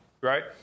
right